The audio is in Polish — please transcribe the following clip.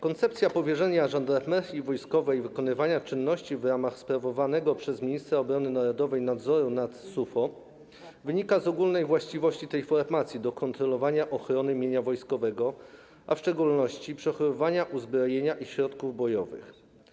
Koncepcja powierzenia Żandarmerii Wojskowej wykonywania czynności w ramach sprawowanego przez ministra obrony narodowej nadzoru nad SUFO wynika z ogólnych właściwości tej formacji do kontrolowania ochrony mienia wojskowego, a w szczególności przechowywania uzbrojenia i środków bojowych.